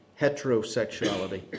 heterosexuality